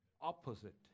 opposite